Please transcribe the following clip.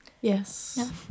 Yes